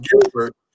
Gilbert